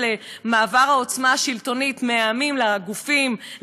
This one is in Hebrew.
מעבר העוצמה השלטונית מהעמים לגופים,